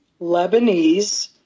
Lebanese